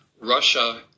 Russia